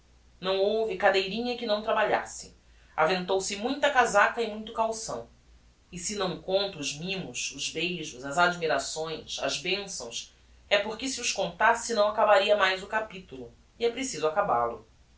não houve cadeirinha que não trabalhasse aventou se muita casaca e muito calção e se hão conto os mimos os beijos as admirações as bençãos é porque se os contasse não acabaria mais o capitulo e é preciso acabal o